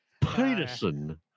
Peterson